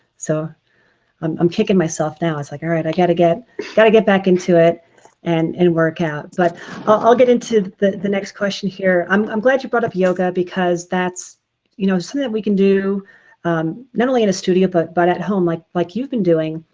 so i'm kicking myself now. it's like all right, i gotta get gotta get back into it and and work out. but i'll get into the the next question here. i'm i'm glad you brought up yoga because that's you know, something so that we can do not only in a studio, but but at home like like you've been doing.